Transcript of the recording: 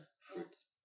fruits